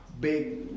Big